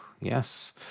yes